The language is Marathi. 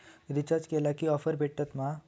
रिचार्ज केला की ऑफर्स भेटात मा?